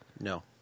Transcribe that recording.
No